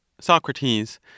Socrates